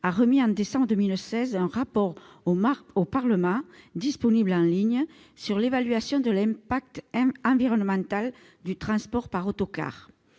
a remis en décembre 2016 un rapport au Parlement, disponible en ligne, sur l'évaluation de l'impact environnemental du transport par autocar.